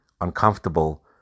uncomfortable